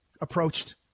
approached